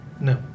No